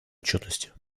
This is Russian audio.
отчетности